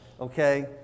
okay